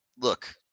Look